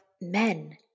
men